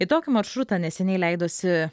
į tokį maršrutą neseniai leidosi